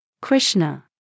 Krishna